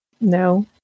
No